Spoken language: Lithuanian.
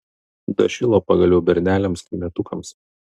dašilo pagaliau berneliams kaimietukams